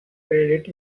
credit